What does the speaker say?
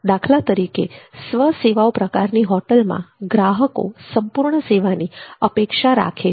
દાખલા તરીકે સ્વસેવાઓ પ્રકારની હોટલમાં ગ્રાહકો સંપૂર્ણ સેવા ની અપેક્ષા રાખે છે